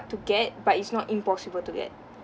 to get but it's not impossible to get